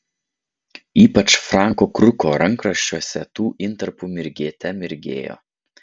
ypač franko kruko rankraščiuose tų intarpų mirgėte mirgėjo